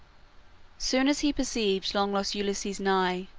soon as he perceived long-lost ulysses nigh,